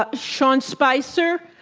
but sean spicer,